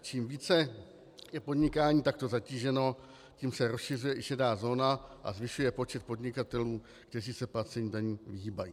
Čím více je podnikání takto zatíženo, tím se rozšiřuje i šedá zóna a zvyšuje počet podnikatelů, kteří se placení daní vyhýbají.